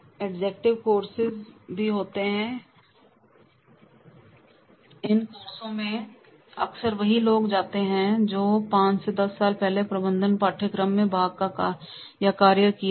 adjective courses भी होते हैं इन कोर्सों में अक्सर वही लोग होते हैं जिन्होंने पाँच से दस साल पहले किसी प्रबंधन पाठ्यक्रम में भाग या कार्य किया हो